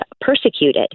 persecuted